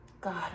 God